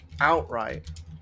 outright